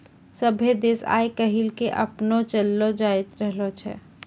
सभ्भे देश आइ काल्हि के अपनैने चललो जाय रहलो छै